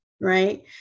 Right